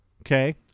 okay